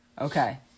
Okay